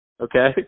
okay